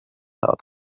out